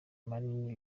manini